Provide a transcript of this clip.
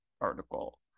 article